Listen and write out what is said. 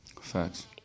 Facts